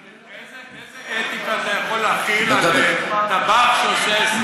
איזו אתיקה אתה יכול להחיל על טבח שעושה סיבוב קולינרי?